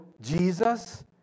Jesus